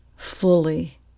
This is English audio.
fully